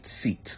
seat